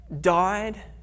died